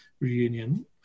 reunion